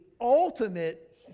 ultimate